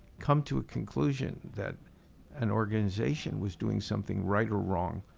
come to a conclusion that an organization was doing something right or wrong,